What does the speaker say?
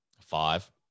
five